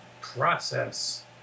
process